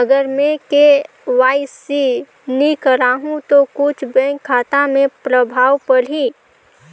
अगर मे के.वाई.सी नी कराहू तो कुछ बैंक खाता मे प्रभाव पढ़ी?